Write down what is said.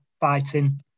fighting